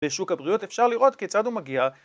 בשוק הבריאות אפשר לראות כיצד הוא מגיע